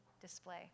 display